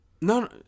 No